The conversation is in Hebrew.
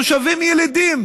תושבים ילידים